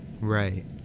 right